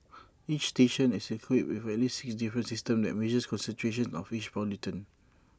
each station is equipped with at least six different systems that measure concentrations of each pollutant